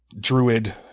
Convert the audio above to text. druid